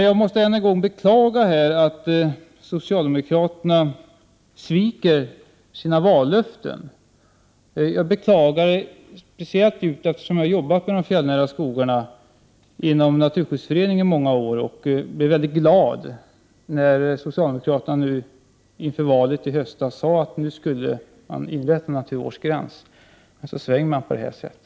Jag måste än en gång beklaga att socialdemokraterna sviker sina vallöften. Jag beklagar det speciellt djupt eftersom jag har jobbat med de fjällnära skogarna inom Naturskyddsföreningen många år och blev väldigt glad när socialdemokraterna inför valet i höstas sade att de nu skulle inrätta en naturvårdsgräns — men så svänger de på det här sättet.